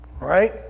Right